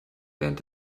während